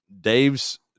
Dave's